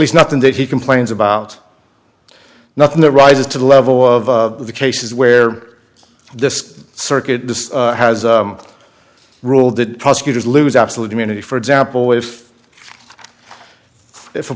least nothing that he complains about nothing there rises to the level of the cases where this circuit has ruled that prosecutors lose absolute immunity for example if if a